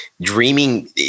dreaming